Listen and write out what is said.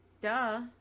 duh